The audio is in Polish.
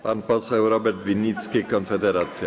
Pan poseł Robert Winnicki, Konfederacja.